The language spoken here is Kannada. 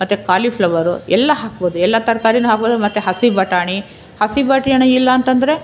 ಮತ್ತು ಕಾಲಿಫ್ಲವರು ಎಲ್ಲ ಹಾಕ್ಬೋದು ಎಲ್ಲ ತರಕಾರಿನು ಹಾಕ್ಬೋದು ಮತ್ತು ಹಸಿ ಬಟಾಣಿ ಹಸಿ ಬಟಾಣಿ ಇಲ್ಲಂತೆಂದರೆ